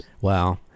wow